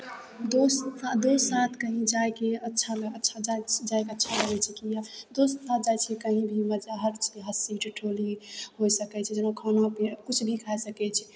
दोस्त साथ दोस्त साथ कहीँ जाय कऽ अच्छा लग अच्छा जाइ कऽ अच्छा लगै छै किएक दोस्तके साथ जाइ छियै कहीँ भी मजा हरचीज हँसी ठिठोली होय सकै छै जेना खाना पी किछु भी खाय सकै छी